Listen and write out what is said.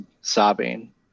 sobbing